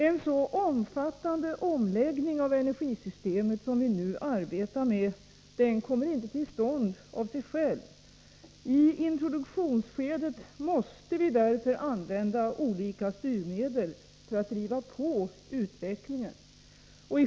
En så omfattande omläggning av energisystemet som vi nu arbetar med kommer inte till stånd av sig själv. I introduktionsskedet måste vi därför använda olika styrmedel för att driva på utvecklingen.